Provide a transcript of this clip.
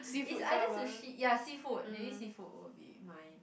is either sushi ya seafood maybe seafood would be fine